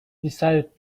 decided